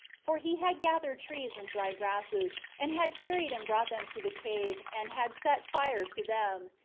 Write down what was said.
for he had gathered trees and dry grasses, and had carried and brought them to the cave, and had set fire to them,